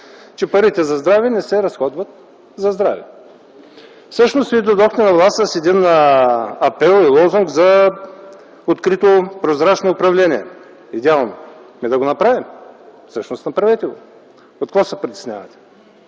че парите за здраве не се разходват за здраве. Всъщност вие дойдохте на власт с един апел и лозунг за открито, прозрачно управление. Идеално! Ами да го направим! Всъщност направете го, от какво се притеснявате?